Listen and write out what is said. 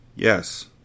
Yes